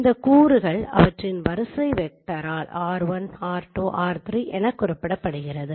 இந்த கூறுகள் அவற்றின் வரிசை வெக்டரால் r 1 r 2 r 3 குறிப்பிடப்படுகிறது